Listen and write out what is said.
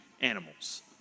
animals